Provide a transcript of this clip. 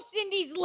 Cindy's